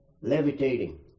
levitating